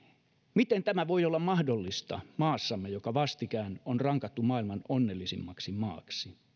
miten tämä voi olla mahdollista maassamme joka vastikään on rankattu maailman onnellisimmaksi maaksi